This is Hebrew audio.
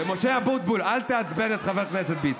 ומשה אבוטבול, אל תעצבן את חבר הכנסת ביטון.